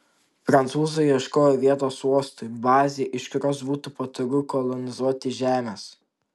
prancūzai ieškojo vietos uostui bazei iš kurios būtų patogu kolonizuoti žemes